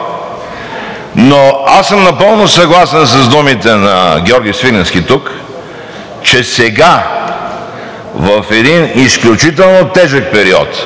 Аз съм напълно съгласен с думите на Георги Свиленски тук, че сега в един изключително тежък период,